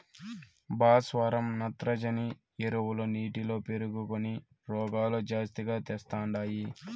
భాస్వరం నత్రజని ఎరువులు నీటిలో పేరుకొని రోగాలు జాస్తిగా తెస్తండాయి